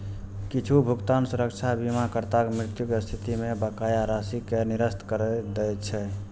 किछु भुगतान सुरक्षा बीमाकर्ताक मृत्युक स्थिति मे बकाया राशि कें निरस्त करै दै छै